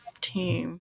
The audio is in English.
Team